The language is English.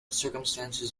circumstances